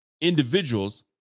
individuals